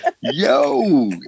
yo